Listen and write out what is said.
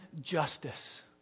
justice